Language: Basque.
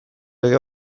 lege